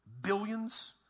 Billions